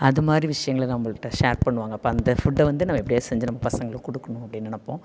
அதுமாதிரி விஷயங்களை நம்மள்ட ஷேர் பண்ணுவாங்க இப்போ அந்த ஃபுட்டை வந்து நம்ம எப்படியாவது செஞ்சு நம்ம பசங்களுக்கு கொடுக்கணும் அப்படினு நினப்போம்